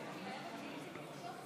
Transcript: אדוני היושב-ראש,